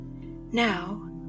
Now